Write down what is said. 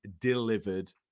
delivered